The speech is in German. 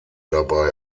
dabei